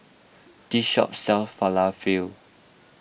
this shop sells Falafel